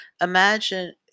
imagine